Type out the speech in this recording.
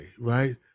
right